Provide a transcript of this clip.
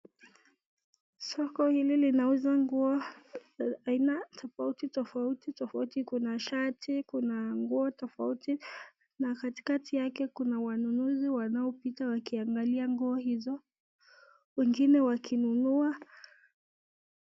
Soko hili linauza nguo aina tafauti tafauti tafauti kuna shati kuna nguo tafauti na katikati yake kuna wanunuzi wanaopita wakiangalia nguo hizo wengine wakinunua.